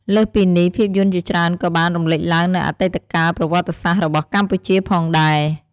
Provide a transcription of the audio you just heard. លើសពីនេះ ភាពយន្តជាច្រើនក៏បាន រំលេចឡើងនូវអតីតកាលប្រវត្តិសាស្ត្ររបស់កម្ពុជា ផងដែរ។